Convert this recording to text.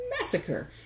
massacre